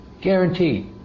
Guaranteed